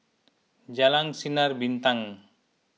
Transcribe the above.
Jalan Sinar Bintang